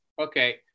Okay